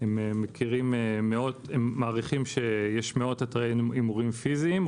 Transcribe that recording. הם מעריכים שיש מאות אתרי הימורים פיזיים,